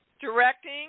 directing